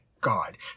god